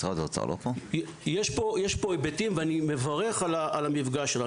יש פה היבטים ואני מברך על המפגש שלנו.